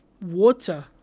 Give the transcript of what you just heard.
water